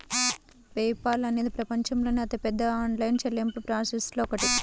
pay Paul అనేది ప్రపంచంలోని అతిపెద్ద ఆన్లైన్ చెల్లింపు ప్రాసెసర్లలో ఒకటి